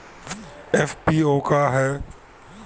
FPO का ह?